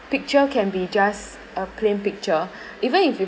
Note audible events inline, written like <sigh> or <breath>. picture can be just a plain picture <breath> even if you